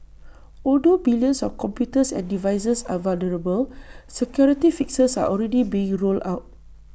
although billions of computers and devices are vulnerable security fixes are already being rolled out